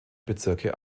bezirke